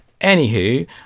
Anywho